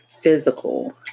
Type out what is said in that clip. physical